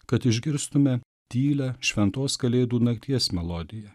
kad išgirstume tylią šventos kalėdų nakties melodiją